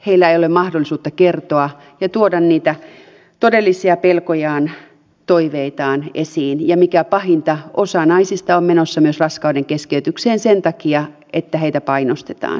heillä ei ole mahdollisuutta kertoa ja tuoda niitä todellisia pelkojaan toiveitaan esiin ja mikä pahinta osa naisista on menossa myös raskaudenkeskeytykseen sen takia että heitä painostetaan siihen